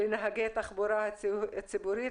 לנהגי תחבורה ציבורית.